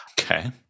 Okay